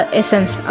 essence